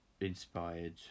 inspired